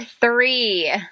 three